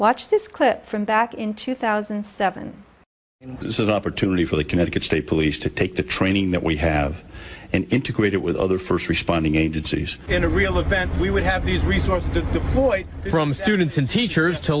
watch this clip from back in two thousand and seven this is an opportunity for the connecticut state police to take the training that we have and integrate it with other first responding agencies in a real event we would have these resources deployed from students and teachers to